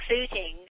including